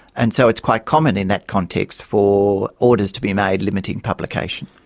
and so it's quite common in that context for orders to be made limiting publication.